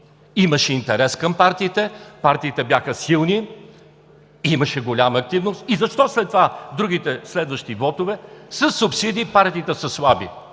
имаше интерес към партиите, партиите бяха силни, имаше голяма активност и защо след това при другите, следващи вотове със субсидии партиите са слаби